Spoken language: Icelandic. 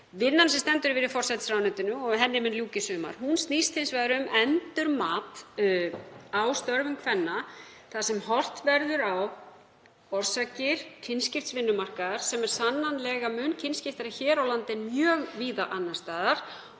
Vinnan sem stendur yfir í forsætisráðuneytinu, og henni mun ljúka í sumar, snýst hins vegar um endurmat á störfum kvenna þar sem horft verður á orsakir kynskipts vinnumarkaðar sem er sannanlega mun kynskiptari hér á landi en mjög víða annars staðar